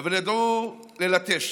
אבל ידעו ללטש,